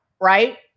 right